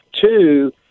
Two